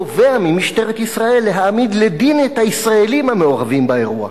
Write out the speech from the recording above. תובע ממשטרת ישראל להעמיד לדין את הישראלים המעורבים באירוע.